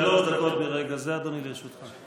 שלוש דקות מרגע זה, אדוני, לרשותך.